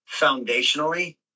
foundationally